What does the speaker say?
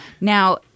Now